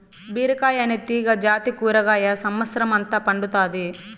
బీరకాయ అనే తీగ జాతి కూరగాయ సమత్సరం అంత పండుతాది